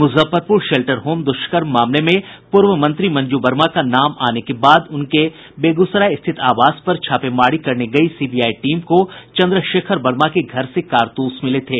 Muzaffarpur shelter home दुष्कर्म मामले में पूर्व मंत्री मंजू वर्मा का नाम आने के बाद उनके बेगूसराय स्थित आवास पर छापेमारी करने गयी सीबीआई टीम को चंद्रशेखर वर्मा के घर से कारतूस मिले थे